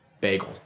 Bagel